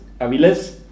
Aviles